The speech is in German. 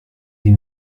die